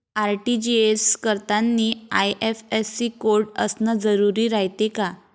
RTGS करतांनी IFSC code असन जरुरी रायते का?